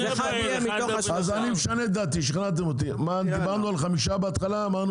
שכנעתם אותי, נחזור